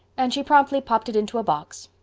and she promptly popped it into a box.